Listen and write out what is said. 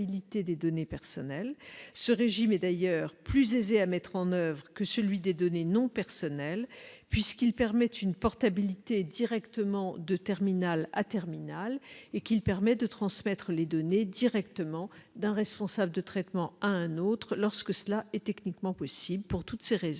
Ce régime est d'ailleurs plus aisé à mettre en oeuvre que celui des données non personnelles, puisqu'il permet une portabilité directement de terminal à terminal et une transmission des données directement d'un responsable de traitement à un autre, lorsque cela est techniquement possible. Pour toutes ces raisons,